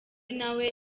nawe